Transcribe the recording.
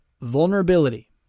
vulnerability